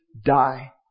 die